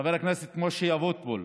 לחבר הכנסת משה אבוטבול,